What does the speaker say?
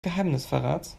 geheimnisverrats